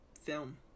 film